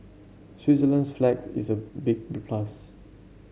Switzerland's flag is a big plus